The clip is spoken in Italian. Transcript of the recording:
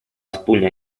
spugna